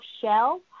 shell